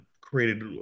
created